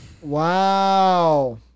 wow